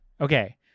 Okay